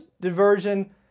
diversion